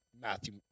Matthew